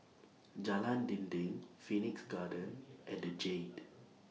Jalan Dinding Phoenix Garden and The Jade